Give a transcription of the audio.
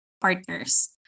partners